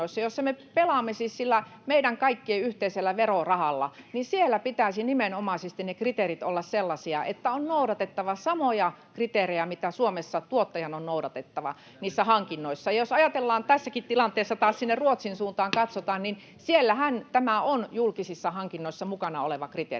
joissa me pelaamme siis sillä meidän kaikkien yhteisellä verorahalla, pitäisi nimenomaisesti niiden kriteereiden olla sellaisia, että on noudatettava samoja kriteerejä, mitä Suomessa tuottajan on noudatettava. Jos katsotaan tässäkin tilanteessa taas sinne Ruotsin suuntaan, niin siellähän tämä on julkisissa hankinnoissa mukana oleva kriteeristö.